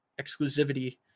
exclusivity